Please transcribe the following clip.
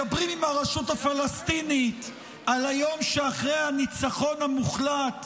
מדברים עם הרשות הפלסטינית על היום שאחרי הניצחון המוחלט,